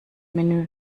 menü